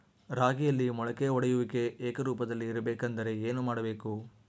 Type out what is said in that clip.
ರಾಗಿಯಲ್ಲಿ ಮೊಳಕೆ ಒಡೆಯುವಿಕೆ ಏಕರೂಪದಲ್ಲಿ ಇರಬೇಕೆಂದರೆ ಏನು ಮಾಡಬೇಕು?